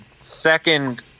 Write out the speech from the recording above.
Second